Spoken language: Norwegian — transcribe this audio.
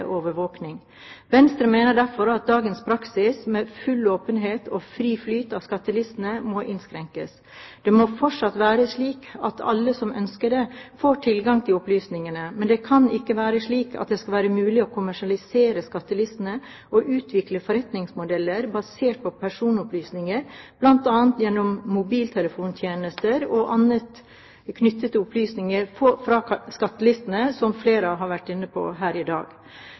Venstre mener derfor at dagens praksis med full åpenhet og fri flyt av skattelistene må innskrenkes. Det må fortsatt være slik at alle som ønsker det, får tilgang til opplysningene, men det kan ikke være slik at det skal være mulig å kommersialisere skattelistene og utvikle forretningsmodeller basert på personopplysninger bl.a. gjennom mobiltelefontjenester og annet knyttet til opplysninger fra skattelistene, som flere har vært inne på her i dag.